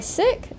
sick